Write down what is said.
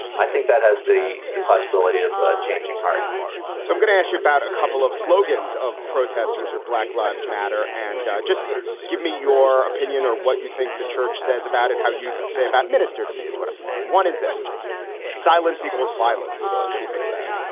i think that has the the possibility of changing hearts so i'm going to ask you about a couple of slogans of protesters or black lives matter. and just give me your opinion or what you think the church says about it. how you say about minister to me is what i'm saying. one is this silence equals violence. what do you think of that?